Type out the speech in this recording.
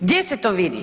Gdje se to vidi?